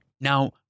Now